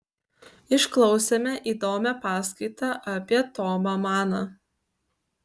išklausėme įdomią paskaitą apie tomą maną